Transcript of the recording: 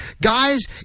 guys